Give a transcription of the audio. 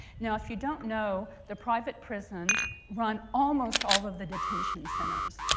now, if you don't know, the private prisons run almost all of the detention centers.